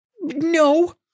no